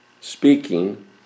speaking